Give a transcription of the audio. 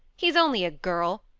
he's only a girl.